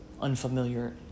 unfamiliar